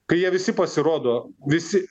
kai jie visi pasirodo visi